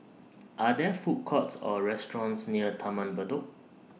Are There Food Courts Or restaurants near Taman Bedok